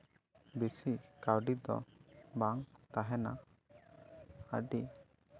ᱵᱮᱥᱤ ᱠᱟᱹᱣᱰᱤ ᱫᱚ ᱵᱟᱝ ᱛᱟᱦᱮᱱᱟ ᱟᱹᱰᱤ